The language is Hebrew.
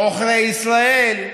עוכרי ישראל,